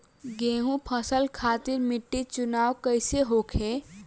गेंहू फसल खातिर मिट्टी चुनाव कईसे होखे?